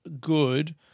good